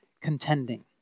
contending